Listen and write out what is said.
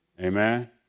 Amen